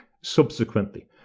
subsequently